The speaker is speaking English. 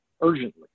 urgently